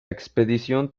expedición